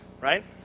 Right